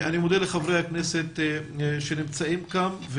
אני מודה לחברי הכנסת שנמצאים כאן.